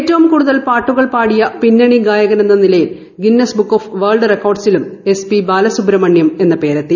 ഏറ്റവും കൂടുതൽ പാട്ടുകൾ പാടിയ പിന്നണി ഗായകനെന്ന നിലയിൽ ഗിന്നസ് ബുക്ക് ഓഫ് വേൾഡ് റെക്കോഡിലും എസ് പി ബാലസുബ്രഹ്മണ്യം എന്ന പേരെത്തി